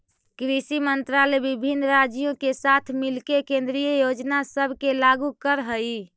कृषि मंत्रालय विभिन्न राज्यों के साथ मिलके केंद्रीय योजना सब के लागू कर हई